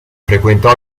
frequentò